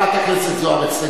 חברת הכנסת זוארץ,